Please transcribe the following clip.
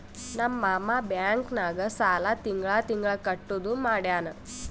ನಮ್ ಮಾಮಾ ಬ್ಯಾಂಕ್ ನಾಗ್ ಸಾಲ ತಿಂಗಳಾ ತಿಂಗಳಾ ಕಟ್ಟದು ಮಾಡ್ಯಾನ್